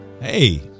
hey